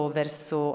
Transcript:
verso